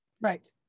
Right